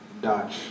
Dutch